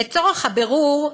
לצורך הבירור,